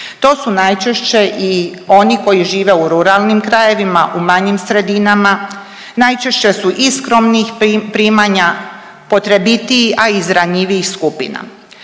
Tu su najčešće i oni koji žive u ruralnim krajevima, u manjim sredinama, najčešće su i skromnih primanja, potrebitiji, a iz ranjivijih skupina.